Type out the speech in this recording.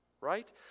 right